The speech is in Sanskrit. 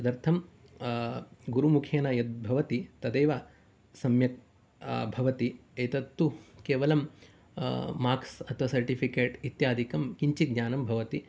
तदर्थम् गुरुमुखेन यद्भवति तदेव सम्यक् भवति एतत्तु केवलं मार्क्स् अथवा सर्टिफिकेट् इत्यादिकं किञ्चित् ज्ञानं भवति